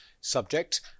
subject